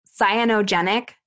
cyanogenic